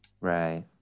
Right